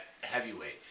heavyweight